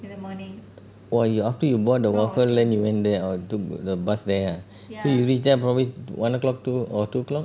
or you after you board the waffle then you went there or took the bus there ah so you reach there probably one o'clock two or two o'clock